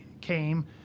came